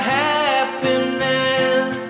happiness